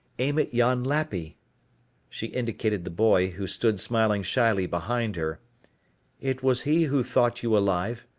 aim at yon lappy she indicated the boy who stood smiling shyly behind her it was he who thought you alive,